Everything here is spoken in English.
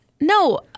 No